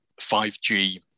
5G